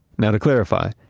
now to clarify,